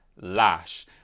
lash